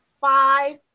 five